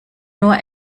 nur